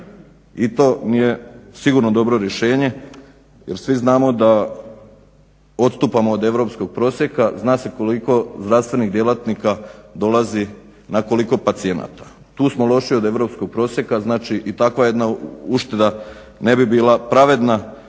i to nije sigurno dobro rješenje jer svi znamo da odstupamo od europskog prosjeka. Zna se koliko zdravstvenih djelatnika dolazi na koliko pacijenata. Tu smo lošiji od europskog prosjeka i takva jedna ušteda ne bi bila pravedna